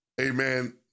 amen